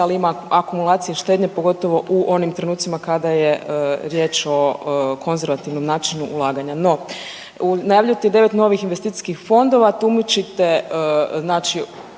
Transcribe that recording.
ali ima akumulacije štednje pogotovo u onim trenucima kada je riječ o konzervativnom načinu ulaganja. No, najavljujete devet novih investicijskih fondova, tumačite ovaj